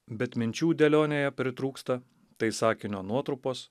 bet minčių dėlionėje pritrūksta tai sakinio nuotrupos